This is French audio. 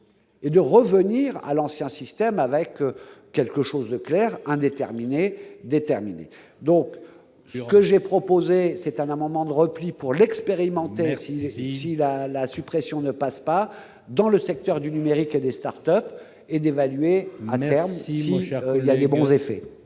et de revenir à l'ancien système, avec quelque chose de clair indéterminée déterminé donc ce que j'ai proposé, c'est un moment de repli pour l'expérimenter merci Gilles à la suppression ne passe pas dans le secteur du numérique et des Start-Up et d'évaluer à merci gère les bons effets.